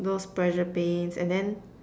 those pressure pains and then